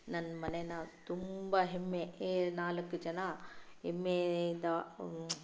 ನನ್ನ ಮನೆನ ತುಂಬ ಹೆಮ್ಮೆ ಎ ನಾಲ್ಕು ಜನ ಹೆಮ್ಮೆಯಿಂದ